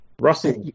Russell